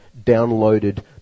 downloaded